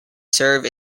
serve